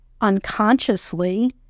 unconsciously